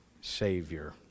Savior